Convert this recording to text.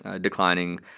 declining